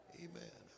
amen